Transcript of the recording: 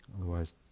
Otherwise